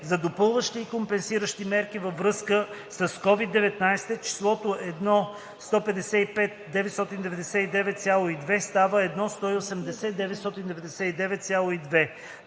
за допълващи и компенсиращи мерки във връзка с COVID-19“ числото „1 155 999,2“ става „1 180 999,2“.